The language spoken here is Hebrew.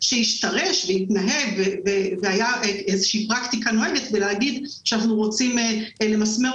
והיה על זה על דוח מבקר מדינה חמור,